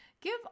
Give